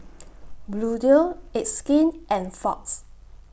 Bluedio It's Skin and Fox